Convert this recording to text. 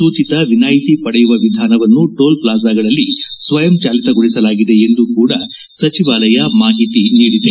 ಸೂಚತ ವಿನಾಯಿತಿ ಪಡೆಯುವ ವಿಧಾನವನ್ನು ಟೋಲ್ ಪ್ಲಾಜಾಗಳಲ್ಲಿ ಸ್ವಯಂ ಚಾಲಿತಗೊಳಿಸಲಾಗಿದೆ ಎಂದು ಕೂಡ ಸಚಿವಾಲಯ ಮಾಹಿತಿ ನೀಡಿದೆ